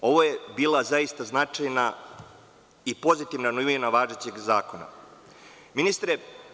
Ovo je bila zaista značajna i pozitivna novina važećeg zakona, ministre.